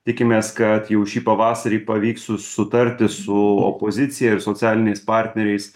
tikimės kad jau šį pavasarį pavyks su sutarti su opozicija ir socialiniais partneriais